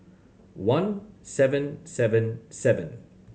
one seven seven seven